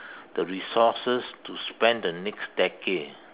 the resources to spend the next decade